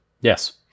Yes